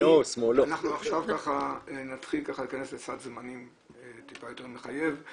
אנחנו עכשיו נתחיל להיכנס לסד זמנים טיפה יותר מחייב.